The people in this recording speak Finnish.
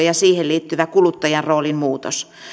ja siihen liittyvä kuluttajan roolin muutos